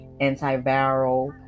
antiviral